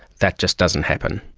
that just doesn't happen,